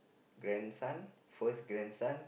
grandson first grandson